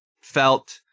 felt